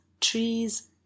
trees